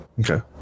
okay